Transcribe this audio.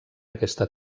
aquesta